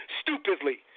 stupidly